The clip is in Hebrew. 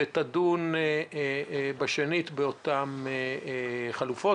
ותדון בשנית באותן חלופות.